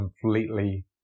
completely